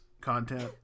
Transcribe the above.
content